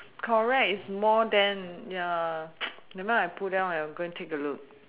correct it's more then ya never mind I pull down I go and take a look